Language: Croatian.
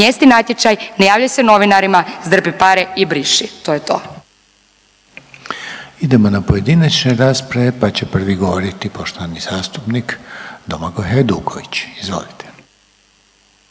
namjesti natječaj, ne javljaj se novinarima, zdrpi pare i briši, to je to. **Reiner, Željko (HDZ)** Idemo na pojedinačne rasprave, pa će prvi govoriti poštovani zastupnik Domagoj Hajduković, izvolite.